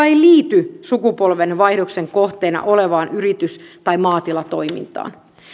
ei liity sukupolvenvaihdoksen kohteena olevaan yritys tai maatilatoimintaan